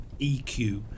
eq